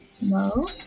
No